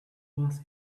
was